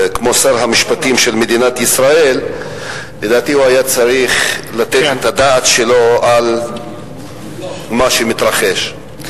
שר המשפטים של מדינת ישראל לדעתי היה צריך לתת את הדעת על מה שמתרחש.